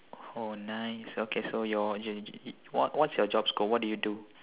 oh nice okay so you're you're what what's your job scope what do you do